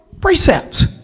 precepts